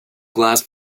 glass